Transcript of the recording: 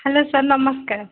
hello sir ନମସ୍କାର